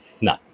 No